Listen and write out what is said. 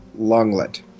Longlet